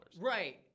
right